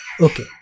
Okay